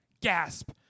Gasp